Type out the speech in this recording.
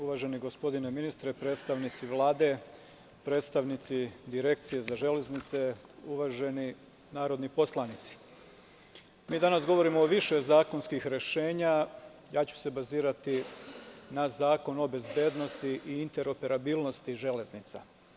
Uvaženi gospodine ministre, predstavnici Vlade, predstavnici Direkcije za železnice, uvaženi narodni poslanici, danas govorimo o više zakonskih rešenja, a ja ću se bazirati na Zakon o bezbednosti i interoperabilnosti železnica.